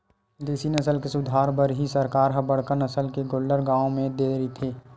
देसी नसल के सुधार बर ही सरकार ह बड़का नसल के गोल्लर गाँव म दे रहिथे